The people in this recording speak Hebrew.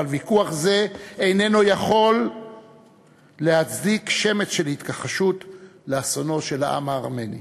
אבל ויכוח זה איננו יכול להצדיק שמץ של התכחשות לאסונות של העם הארמני.